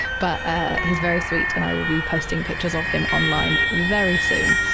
but ah he's very sweet and i will be posting pictures of him online very soon.